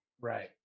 Right